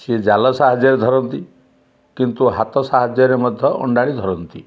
ସିଏ ଜାଲ ସାହାଯ୍ୟରେ ଧରନ୍ତି କିନ୍ତୁ ହାତ ସାହାଯ୍ୟରେ ମଧ୍ୟ ଅଣ୍ଡାଳି ଧରନ୍ତି